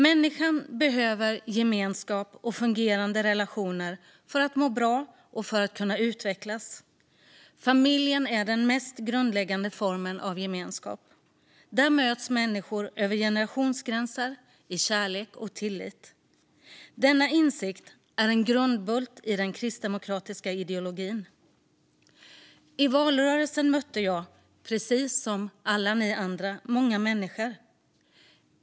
Människan behöver gemenskap och fungerande relationer för att må bra och för att kunna utvecklas. Familjen är den mest grundläggande formen av gemenskap. Där möts människor över generationsgränserna i kärlek och tillit. Denna insikt är en grundbult i den kristdemokratiska ideologin. I valrörelsen mötte jag, precis som alla ni andra, många människor.